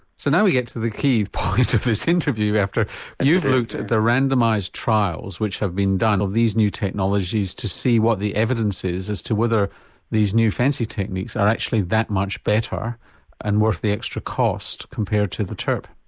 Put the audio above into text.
so now we get to the key part of this interview after you've looked at the randomised trials which have been done of these new technologies to see what the evidence is as to whether these new fancy techniques are actually that much better and worth the extra cost compared to the turp.